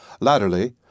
Latterly